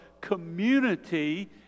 community